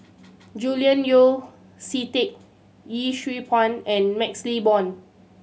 Julian Yeo See Teck Yee Siew Pun and MaxLe Blond